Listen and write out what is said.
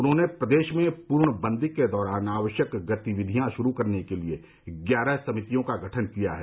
उन्होंने प्रदेश में पूर्ण बन्दी के दौरान आवश्यक गतिविधियां श्रू करने के लिए ग्यारह समितियों का गठन किया है